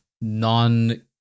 non